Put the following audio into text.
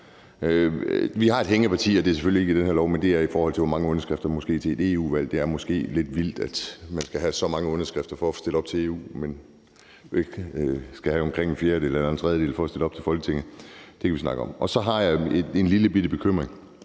Vi har et hængeparti. Det er selvfølgelig ikke i forhold til det her lovforslag, men det handler om, hvor mange underskrifter der skal være til et europaparlamentsvalg. Det er måske lidt vildt, at man skal have så mange underskrifter for at kunne stille op til Europa-Parlamentet. Man skal have omkring en fjerdedel eller en tredjedel for at stille op til Folketinget. Det kan vi snakke om. Så har jeg en lillebitte bekymring.